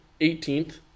18th